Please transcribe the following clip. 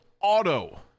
Auto